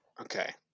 Okay